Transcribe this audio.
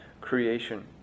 creation